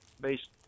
based